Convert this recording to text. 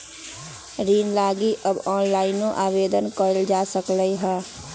ऋण लागी अब ऑनलाइनो आवेदन कएल जा सकलई ह